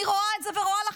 אני רואה את זה ורואה לכם,